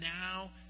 now